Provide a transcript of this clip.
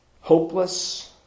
Hopeless